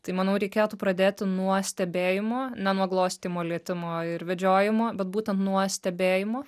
tai manau reikėtų pradėti nuo stebėjimo ne nuo glostymo lietimo ir vedžiojimo bet būtent nuo stebėjimo